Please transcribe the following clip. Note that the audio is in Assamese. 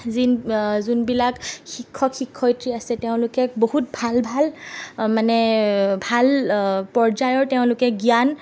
যিন যোনবিলাক শিক্ষক শিক্ষয়িত্ৰী আছে তেওঁলোকে বহুত ভাল ভাল মানে ভাল পৰ্যায়ৰ তেওঁলোকে জ্ঞান